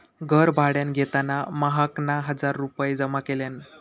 घर भाड्यान घेताना महकना हजार रुपये जमा केल्यान